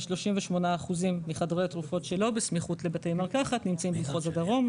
כ-38% של חדרי התרופות שלא בסמיכות לבתי מרקחת נמצאים במחוז הדרום.